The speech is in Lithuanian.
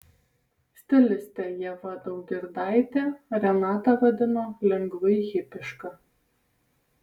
stilistė ieva daugirdaitė renatą vadino lengvai hipiška